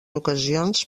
ocasions